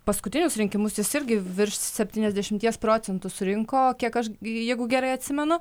paskutinius rinkimus jis irgi virš septyniasdešimties procentų surinko kiek aš jeigu gerai atsimenu